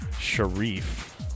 Sharif